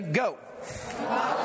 go